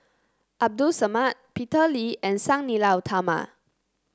Abdul Samad Peter Lee and Sang Nila Utama